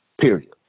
Period